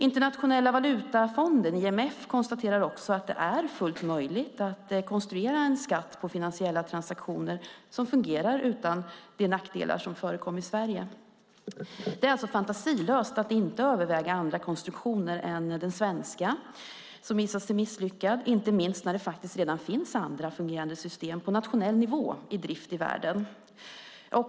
Internationella valutafonden, IMF, konstaterar också att det är fullt möjligt att konstruera en skatt på finansiella transaktioner som fungerar utan de nackdelar som förekom i Sverige. Det är alltså fantasilöst att inte överväga andra konstruktioner än den svenska, som visat sig misslyckad - inte minst när det faktiskt redan finns andra fungerande system på nationell nivå i drift i världen.